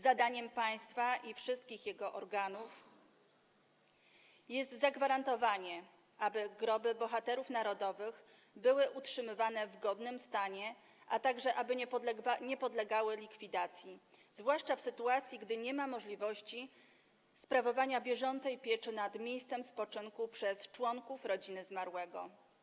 Zadaniem państwa i wszystkich jego organów jest zagwarantowanie, aby groby bohaterów narodowych były utrzymywane w godnym stanie, a także aby nie podlegały likwidacji, zwłaszcza w sytuacji gdy nie ma możliwości sprawowania bieżącej pieczy nad miejscem spoczynku przez członków rodziny zmarłego.